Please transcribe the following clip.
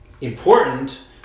important